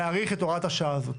להאריך את הוראת השעה הזאת.